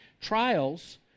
Trials